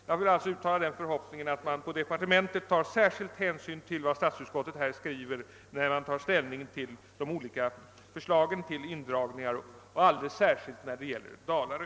Jag vill alltså uttala den förhoppningen att man i departementet tar särskild hänsyn till vad statsutskottet här skriver när man tar ställning till de olika förslagen till indragningar och alldeles särskilt när det gäller Dalarö.